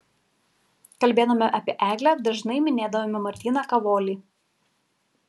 kalbėdami apie eglę dažnai minėdavome martyną kavolį